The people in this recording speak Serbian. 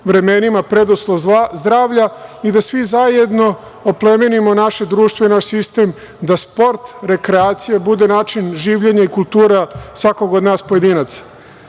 vremenima, preduslov zdravlja i da svi zajedno oplemenimo naše društvo i naš sistem, da sport, rekreacija bude način življenja i kultura svakog od nas pojedinaca.U